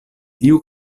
tiu